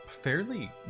fairly